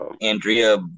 Andrea